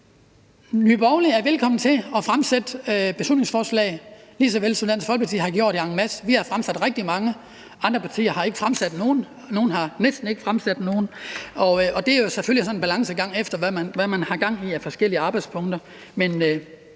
Nye Borgerlige er velkommen til at fremsætte beslutningsforslag, lige såvel som Dansk Folkeparti har gjort en masse. Vi har fremsat rigtig mange. Andre partier har ikke fremsat nogen, nogle har næsten ikke fremsat nogen. Det er jo selvfølgelig sådan en balancegang, efter hvad man har gang i af forskellige arbejdspunkter.